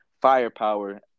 firepower